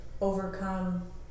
overcome